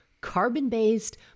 carbon-based